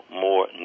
more